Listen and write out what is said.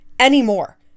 anymore